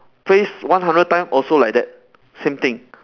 praise one hundred time also like that same thing